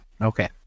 Okay